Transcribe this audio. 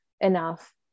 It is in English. enough